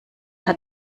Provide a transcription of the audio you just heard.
hat